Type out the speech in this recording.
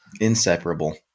Inseparable